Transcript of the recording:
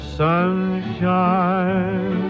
sunshine